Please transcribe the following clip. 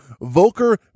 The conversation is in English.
Volker